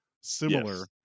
similar